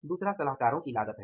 दूसरा सलाहकारों की लागत है